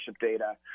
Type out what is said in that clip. data